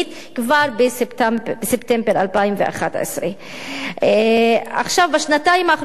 כבר בספטמבר 2011. בשנתיים האחרונות הכביש,